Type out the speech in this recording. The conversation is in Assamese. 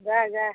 বা যা